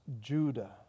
Judah